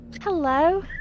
Hello